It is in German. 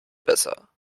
besser